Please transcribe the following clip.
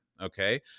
Okay